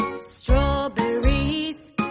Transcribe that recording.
Strawberries